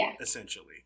essentially